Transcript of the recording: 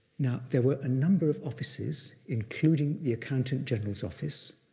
now there were a number of offices, including the accountant general's office,